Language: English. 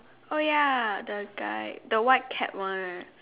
oh ya the guy the white cap one